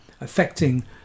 affecting